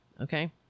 Okay